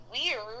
weird